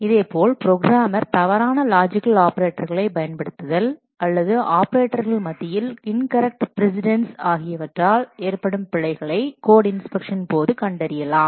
இதேபோல் ப்ரோக்ராமர் தவறான லாஜிக்கல் ஆபரேட்டர்களைப் பயன்படுத்துதல் அல்லது ஆபரேட்டர்கள் மத்தியில் இன்கரெக்ட் பிரஸிடெண்ட்ஸ் ஆகியவற்றால் ஏற்படும் பிழைகளை கோட் இன்ஸ்பெக்ஷன் போது கண்டறியலாம்